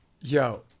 Yo